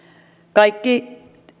kaikki